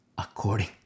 according